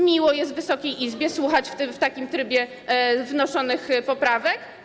Miło jest Wysokiej Izbie słuchać w takim trybie wnoszonych poprawek?